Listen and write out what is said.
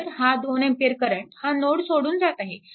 तर हा 2A current हा नोड सोडून जात आहे